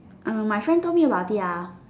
mm my friend told me about it ah